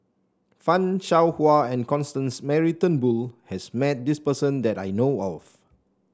Fan Shao Hua and Constance Mary Turnbull has met this person that I know of